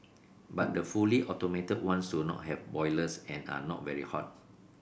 but the fully automatic ones do not have boilers and are not very hot